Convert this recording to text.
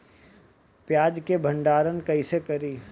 प्याज के भंडारन कईसे करी?